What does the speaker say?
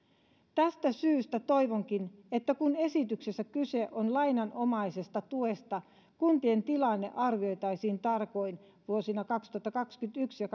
tästä syystä toivonkin että kun esityksessä kyse on lainanomaisesta tuesta kuntien tilanne arvioitaisiin tarkoin vuosina kaksituhattakaksikymmentäyksi ja